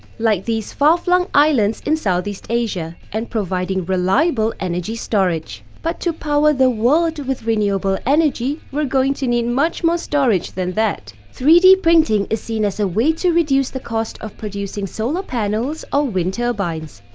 like these far-flung islands in southeast asia, and providing reliable energy storage. but to power the world with renewable energy, we're going to need much more storage than that. three d printing is seen as a way to reduce the cost of producing solar panels or wind turbines.